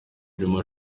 djuma